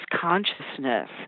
consciousness